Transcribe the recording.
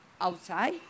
outside